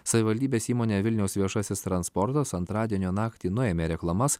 savivaldybės įmonė vilniaus viešasis transportas antradienio naktį nuėmė reklamas